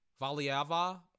Valiava